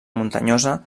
muntanyosa